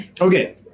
Okay